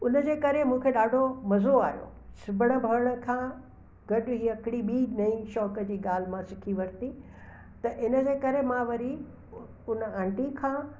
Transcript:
उनजे करे मूंखे ॾाढो मज़ो आयो सिबण भरण खां गॾु ई हिकिड़ी ॿी नईं शौंक़ु जी ॻाल्हि मां सिखी वरिती त इनजे करे मां वरी उन आंटी खां